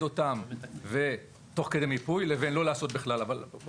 אותן ותוך כדי מיפוי לזה לא לעשות בכלל אבל..